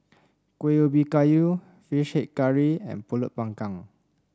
Kuih Ubi Kayu fish head curry and pulut panggang